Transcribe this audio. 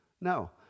No